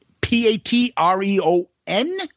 P-A-T-R-E-O-N